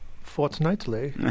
fortnightly